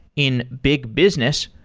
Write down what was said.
in big business,